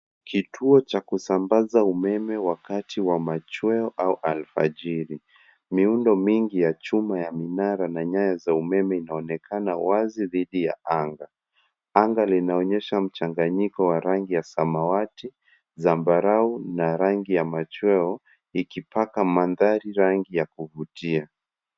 Kituo cha kusambaza umeme wakati wa machweo au alfajiri. Miundo mingi ya chuma ya minara na nyaya za umeme inaonekana wazi dhidi ya anga. Anga linaonyesha mchanganyiko wa rangi ya samawati, zambarau na rangi ya machweo ikipaka mandhari rangi ya kuvutia.